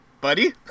buddy